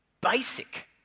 basic